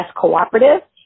cooperative